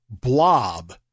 blob